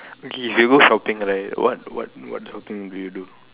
okay if you go shopping right what what shopping will you do